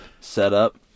setup